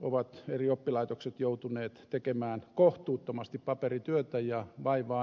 ovat eri oppilaitokset joutuneet tekemään kohtuuttomasti paperityötä ja näkemään vaivaa